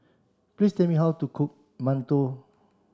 please tell me how to cook Mantou